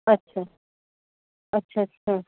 अच्छा अच्छा अच्छा